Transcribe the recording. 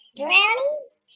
drownings